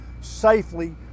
safely